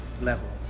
level